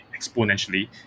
exponentially